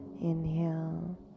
Inhale